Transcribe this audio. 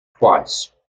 twice